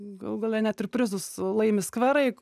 galų gale net ir prizus laimi skverai